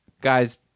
Guys